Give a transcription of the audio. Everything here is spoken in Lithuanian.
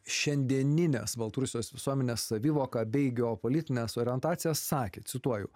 šiandieninės baltarusijos visuomenės savivoką bei geopolitines orientacijas sakė cituoju